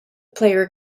player